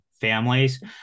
families